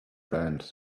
friend